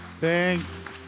Thanks